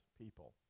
people